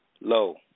Low